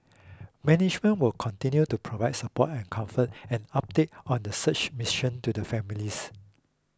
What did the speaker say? management will continue to provide support and comfort and updates on the search mission to the families